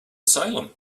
salem